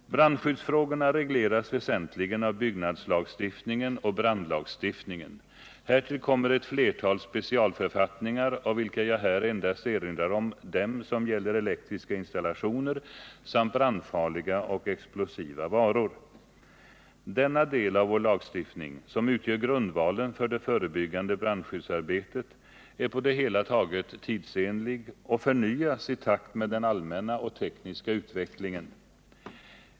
Brandskyddsfrågorna regleras väsentligen av byggnadslagstiftningen och brandlagstiftningen. Härtill kommer ett flertal specialförfattningar av vilka jag här endast erinrar om dem som gäller elektriska installationer samt brandfarliga och explosiva varor. Denna del av vår lagstiftning, som utgör grundvalen för det förebyggande brandskyddsarbetet, är på det hela taget tidsenlig och förnyas i takt med den allmänna och tekniska utvecklingen.